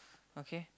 okay